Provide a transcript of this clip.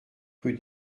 rue